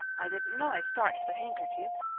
i didn't know i starched the handkerchiefs.